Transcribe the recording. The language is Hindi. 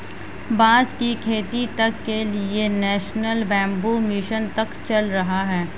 बांस की खेती तक के लिए नेशनल बैम्बू मिशन तक चल रहा है